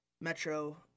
Metro